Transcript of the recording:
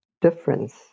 difference